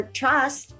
trust